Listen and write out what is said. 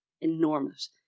enormous